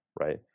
Right